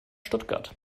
stuttgart